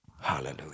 Hallelujah